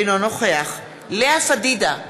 אינו נוכח לאה פדידה,